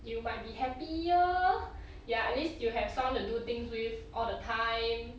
you might be happier ya at least you have someone to do things with all the time